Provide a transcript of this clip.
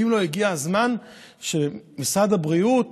האם לא הגיע הזמן שמשרד הבריאות